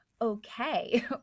Okay